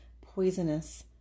poisonous